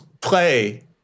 play